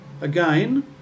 again